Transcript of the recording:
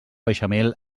beixamel